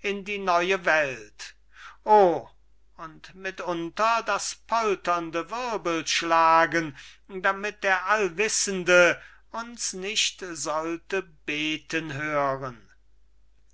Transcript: in die neue welt oh und mitunter das polternde wirbelschlagen damit der allwissende uns nicht sollte beten hören